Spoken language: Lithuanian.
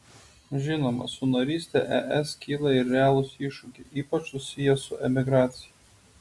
žinoma su naryste es kyla ir realūs iššūkiai ypač susiję su emigracija